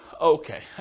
Okay